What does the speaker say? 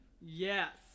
yes